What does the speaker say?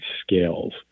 scales